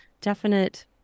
definite